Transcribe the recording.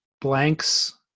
blanks